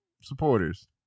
supporters